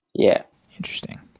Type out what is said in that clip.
yeah interesting.